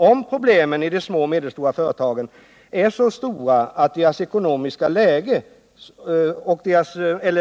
Om problemen i de små och medelstora företagen är så stora eller